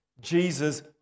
Jesus